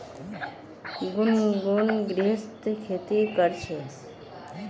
गुनगुन ग्रीनहाउसत खेती कर छ